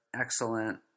excellent